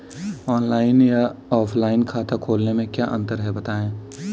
Online या offline खाता खोलने में क्या अंतर है बताएँ?